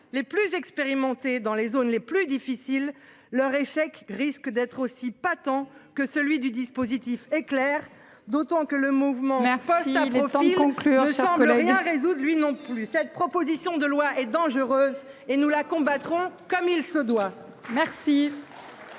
les plus expérimentés dans les zones les plus difficiles. Leur échec risque d'être aussi pas tant que celui du dispositif Éclair. D'autant que le mouvement mais à force d'un autant conclure le chocolat et un réseau de lui non plus. Cette proposition de loi est dangereuse et nous la combattrons comme il se doit.